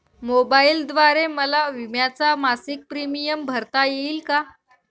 मोबाईलद्वारे मला विम्याचा मासिक प्रीमियम भरता येईल का?